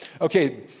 Okay